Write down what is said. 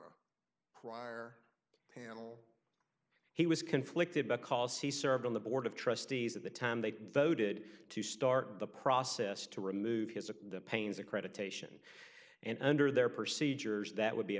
prior panel he was conflicted because he served on the board of trustees at the time they voted to start the process to remove his of the paines accreditation and under their procedures that would be a